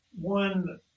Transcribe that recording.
one